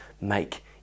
make